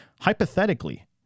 hypothetically